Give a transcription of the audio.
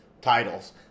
titles